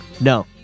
No